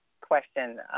question